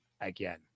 again